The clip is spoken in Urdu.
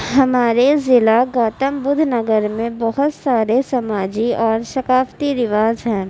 ہمارے ضلع گوتم بدھ نگر میں بہت سارے سماجی اور ثقافتی رواج ہیں